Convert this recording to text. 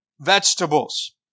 vegetables